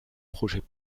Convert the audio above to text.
projets